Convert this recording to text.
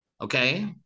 Okay